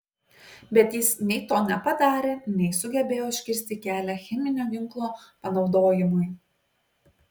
bet jis nei to nepadarė nei sugebėjo užkirsti kelią cheminio ginklo panaudojimui